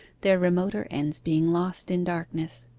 their remoter ends being lost in darkness.